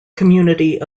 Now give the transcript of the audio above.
community